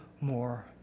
more